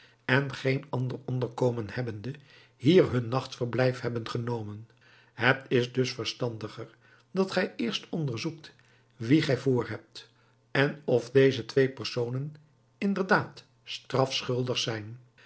en geen ander onderkomen hebbende hier hun nachtverblijf hebben genomen het is dus verstandiger dat gij eerst onderzoekt wie gij voor hebt en of deze twee personen inderdaad strafschuldig zijn